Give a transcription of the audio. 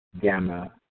gamma